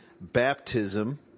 baptism